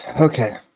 Okay